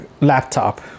laptop